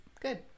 Good